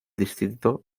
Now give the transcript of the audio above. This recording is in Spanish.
distrito